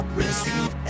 receive